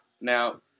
Now